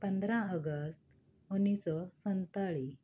ਪੰਦਰਾਂ ਅਗਸਤ ਉੱਨੀ ਸੌ ਸੰਤਾਲੀ